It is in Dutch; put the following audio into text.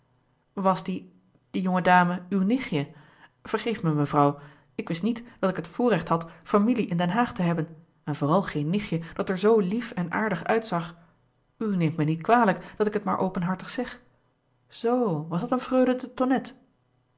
de tonnette mevrouw ik wist niet dat ik het voorrecht had familie in den haag te hebben en vooral geen nichtje dat er zoo lief en aardig uitzag u neemt me niet kwalijk dat ik het maar openhartig zeg zoo was dat een freule de